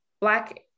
black